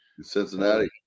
Cincinnati